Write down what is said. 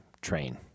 train